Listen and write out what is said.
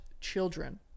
children